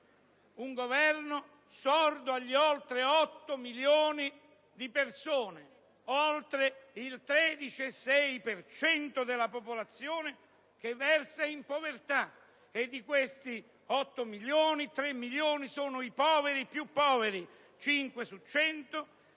Un Governo sordo agli oltre 8 milioni di persone - oltre il 13,6 per cento della popolazione - che versano in povertà; di questi 8 milioni, 3 milioni sono i poveri più poveri - 5 su 100